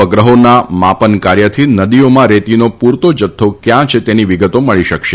ઉપગ્રહોના માપનકાર્યથી નદીઓમાં રેતીનો પૂરતો જથ્થો કયાં છે તેની વિગતો મળી શકશે